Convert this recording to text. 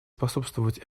способствовать